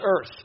earth